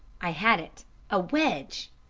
i had it a wedge!